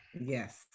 Yes